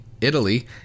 Italy